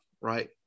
Right